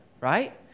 Right